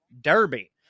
derby